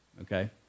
okay